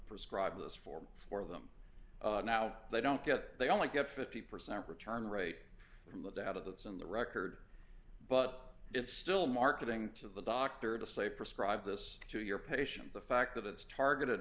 prescribe this form for them now they don't get they only get fifty percent return rate from the doubt of that's in the record but it's still marketing to the doctor to say prescribe this to your patient the fact that it's targeted